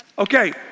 Okay